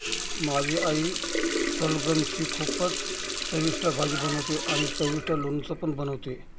माझी आई सलगम ची खूपच चविष्ट भाजी बनवते आणि चविष्ट लोणचं पण बनवते